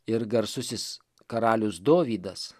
ir garsusis karalius dovydas